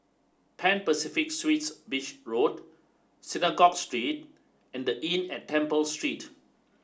Pan Pacific Suites Beach Road Synagogue Street and the Inn at Temple Street